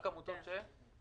רק העמותות שמה?